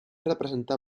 representar